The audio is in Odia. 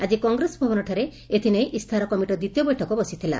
ଆକି କଂଗ୍ରେସ ଭବନଠାରେ ଏଥନେଇ ଇସ୍ତାହାର କମିଟିର ଦିତୀୟ ବୈଠକ ବସିଥିଲା